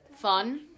fun